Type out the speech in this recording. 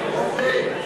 תודה.